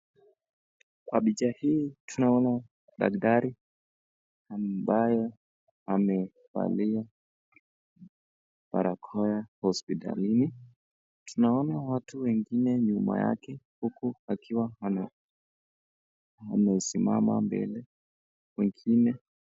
Kwa picha hii tunaona daktari ambayo amevalia barakoa hospitalini tunaona watu wengine nyuma yake huku akiwa amesimama mbele a wengine.